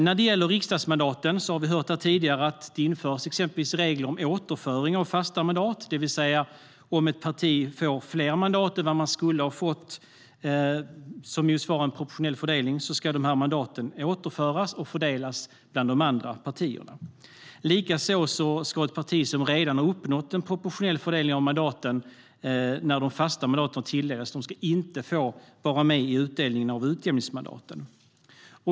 När det gäller riksdagsmandaten har vi tidigare hört här att man exempelvis inför regler om återföring av fasta mandat. Det innebär att om ett parti får fler mandat än vad det skulle ha fått enligt en proportionell fördelning ska dessa mandat återföras och fördelas bland de andra partierna. Likaså ska ett parti som redan har uppnått en proportionell fördelning av mandaten när de fasta mandaten har tilldelats inte få vara med i utdelningen av utjämningsmandaten.